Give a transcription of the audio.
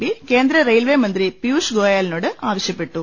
P കേന്ദ്ര railway മന്ത്രി പിയൂഷ് ഗോയലിനോട് ആവശ്യപ്പെട്ടു